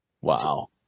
Wow